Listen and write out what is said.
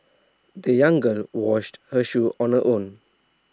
the young girl washed her shoes on her own